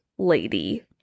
lady